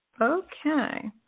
Okay